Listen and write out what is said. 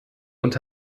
und